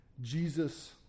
Jesus